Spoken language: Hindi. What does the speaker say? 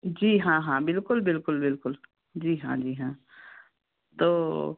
जी हाँ हाँ बिल्कुल बिल्कुल बिल्कुल जी हाँ जी हाँ तो